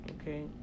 okay